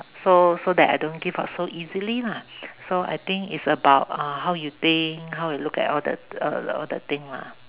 so so that I don't give up so easily lah so I think it's about uh how you think how you look at all the all the thing lah